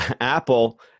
Apple